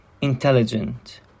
intelligent